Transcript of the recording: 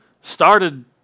started